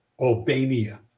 Albania